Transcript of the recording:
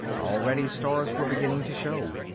already, stars were beginning to show.